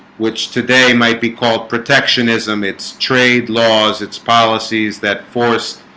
which today might be called protectionism its trade laws. it's policies that force